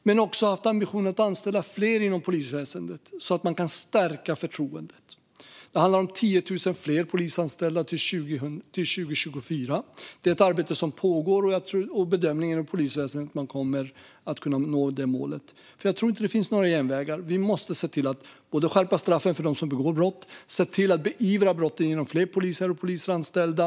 Vi har också ambitionen att anställa fler inom polisväsendet, så att man kan stärka förtroendet. Det handlar om 10 000 fler polisanställda till 2024. Det är ett arbete som pågår, och bedömningen från polisväsendet är att man kommer att kunna nå det målet. Jag tror inte att det finns några genvägar. Vi måste både skärpa straffen för dem som begår brott och beivra brotten genom fler poliser och polisanställda.